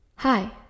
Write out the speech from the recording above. Hi